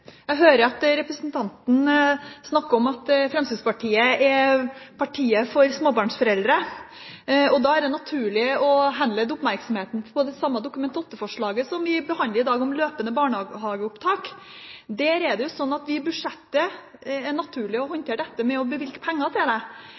Jeg hører at representanten snakker om at Fremskrittspartiet er partiet for småbarnsforeldre. Da er det naturlig å henlede oppmerksomheten på det Dokument nr. 8-forslaget om løpende barnehageopptak som vi behandler i dag. Det er slik at det er naturlig å